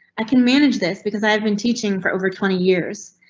i can manage this because i've been teaching for over twenty years.